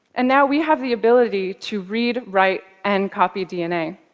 and now we have the ability to read, write and copy dna.